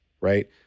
right